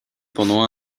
pendant